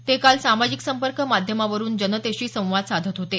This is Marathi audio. ते काल सामाजिक संपर्क माध्यमावरून जनतेशी संवाद साधत होते